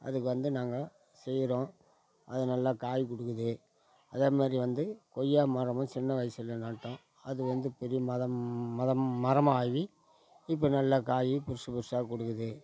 அதுக்கு வந்து நாங்கள் செய்கிறோம் அது நல்ல காய் கொடுக்குது அதேமாதிரி வந்து கொய்யா மரமும் சின்ன வயசில் நட்டோம் அது வந்து பெரிய மதம் மதம் மரமாகி இப்போ நல்ல காய் புதுசு புதுசாக கொடுக்குது